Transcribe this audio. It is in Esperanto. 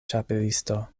ĉapelisto